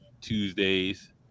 tuesdays